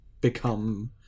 become